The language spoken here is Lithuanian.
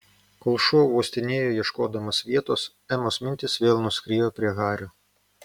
kol šuo uostinėjo ieškodamas vietos emos mintys vėl nuskriejo prie hario